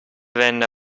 venne